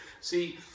see